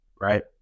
Right